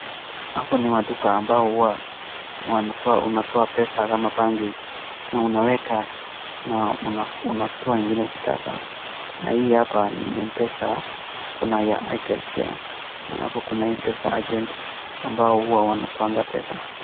Hapa ni maduka ambao huwa unatoa pesa kama banki na unaweka na unatoa ingine ukitaka. Na hii hapa ni Mpesa kuna ya Aitel pia. Na hapa kuna Mpesa agent ambao huwa wanatoanga pesa.